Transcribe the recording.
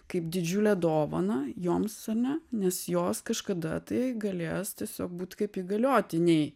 kaip didžiulę dovaną joms ar ne nes jos kažkada tai galės tiesiog būt kaip įgaliotiniai